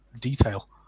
detail